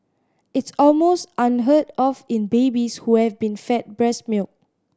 it's almost unheard of in babies who have been fed breast milk